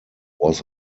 was